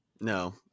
no